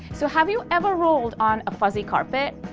so have you ever rolled on a fuzzy carpet,